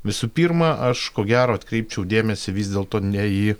visų pirma aš ko gero atkreipčiau dėmesį vis dėlto ne į